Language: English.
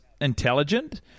intelligent